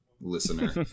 listener